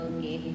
Okay